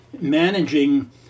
managing